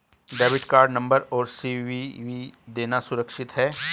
Debit card number और CVV देना सुरक्षित है?